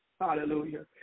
Hallelujah